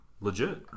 legit